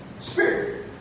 Spirit